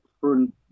front